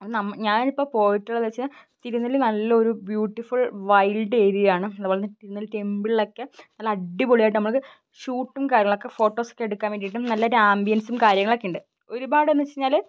ഞാൻ ഇപ്പം പോയിട്ടുള്ളത് വച്ചാൽ തിരുനെൽ നല്ല ഒരു ബ്യൂട്ടിഫുൾ വൈൽഡ് ഏരിയ ആണ് അതുപോലെ തന്നെ തിരുനൽ ടെമ്പിളിലൊക്കെ നല്ല അടിപ്പൊളിയായിട്ട് നമ്മൾക്ക് ഷൂട്ടും കാര്യങ്ങളൊക്കെ ഫോട്ടോസൊക്കെ എടുക്കാൻ വേണ്ടിയിട്ടും നല്ല ഒരു ആമ്പിയൻസും കാര്യങ്ങളൊക്കെ ഉണ്ട് ഒരുപാടെന്ന് വച്ചു കഴിഞ്ഞാൽ